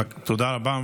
תודה רבה.